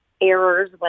errors